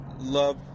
love